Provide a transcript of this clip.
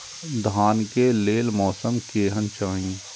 धान के लेल मौसम केहन चाहि?